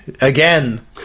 again